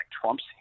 Trump's